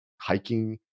hiking